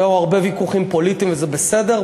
היו הרבה ויכוחים פוליטיים, וזה בסדר.